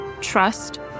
trust